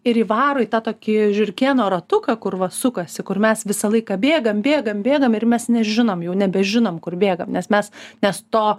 ir įvaro į tą tokį žiurkėno ratuką kur va sukasi kur mes visą laiką bėgam bėgam bėgam ir mes nežinom jau nebežinom kur bėgam nes mes nes to